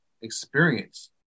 experience